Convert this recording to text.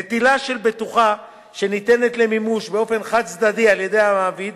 נטילה של בטוחה שניתנת למימוש באופן חד-צדדי על-ידי המעביד